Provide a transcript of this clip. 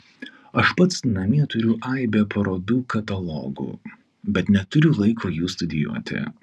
aš pats namie turiu aibę parodų katalogų bet neturiu laiko jų studijuoti